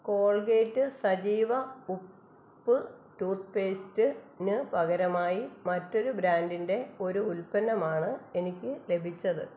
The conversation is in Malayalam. കോൾഗേറ്റ് സജീവ ഉപ്പ് ടൂത്ത്പേസ്റ്റിന് പകരമായി മറ്റൊരു ബ്രാൻഡിന്റെ ഒരു ഉൽപ്പന്നമാണ് എനിക്ക് ലഭിച്ചത്